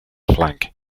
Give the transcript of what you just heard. flank